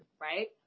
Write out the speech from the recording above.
right